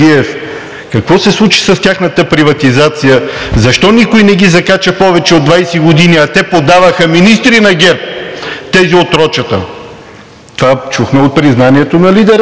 Какво се случи с тяхната приватизация? Защо никой не ги закача повече от 20 години, а те подаваха министри на ГЕРБ – тези отрочета? Това чухме от признанието на лидера на ГЕРБ,